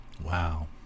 Wow